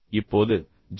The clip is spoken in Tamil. இப்போது ஜி